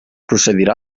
procedirà